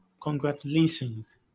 Congratulations